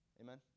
Amen